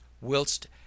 whilst